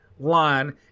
line